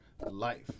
life